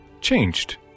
changed